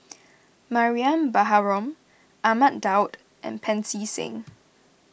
Mariam Baharom Ahmad Daud and Pancy Seng